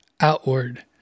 outward